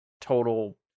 total